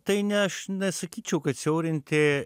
tai ne aš nesakyčiau kad siaurinti